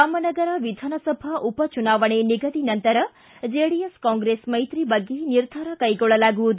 ರಾಮನಗರ ವಿಧಾನಸಭಾ ಉಪಚುನಾವಣೆ ನಿಗದಿ ನಂತರ ಜೆಡಿಎಸ್ ಕಾಂಗ್ರೆಸ್ ಮೈತ್ರಿ ಬಗ್ಗೆ ನಿರ್ಧಾರ ಕ್ಷೆಗೊಳ್ಳಲಾಗುವುದು